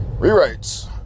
rewrites